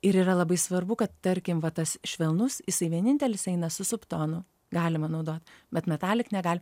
ir yra labai svarbu kad tarkim va tas švelnus jisai vienintelis eina su subtonu galima naudot bet metallic negali